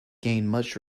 gained